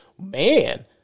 man